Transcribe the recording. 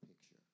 picture